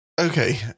Okay